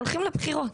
הולכים לבחירות.